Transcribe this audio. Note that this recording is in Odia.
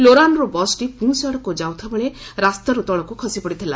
ଲୋରାନ୍ରୁ ବସ୍ଟି ପୁଞ୍ ଆଡ଼କୁ ଯାଉଥିବା ବେଳେ ରାସ୍ତାରୁ ତଳକୁ ଖସିପଡ଼ିଥିଲା